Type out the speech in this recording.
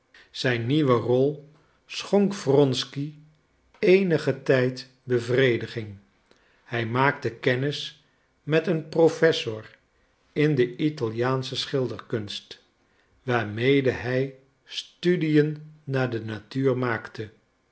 zijn nieuwe rol schonk wronsky eenigen tijd bevrediging hij maakte kennis met een professor in de italiaansche schilderkunst waarmede hij studiën naar de natuur maakte